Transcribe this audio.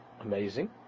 amazing